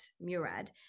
Murad